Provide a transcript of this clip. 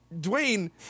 Dwayne